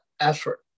effort